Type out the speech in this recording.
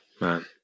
Man